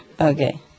Okay